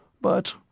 But